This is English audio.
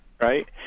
right